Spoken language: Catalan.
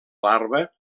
larva